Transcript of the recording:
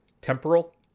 temporal